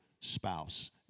spouse